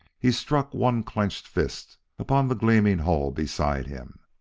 he struck one clenched fist upon the gleaming hull beside him.